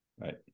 Right